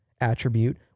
attribute